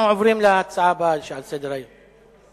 אנחנו עוברים להצעות לסדר-היום מס'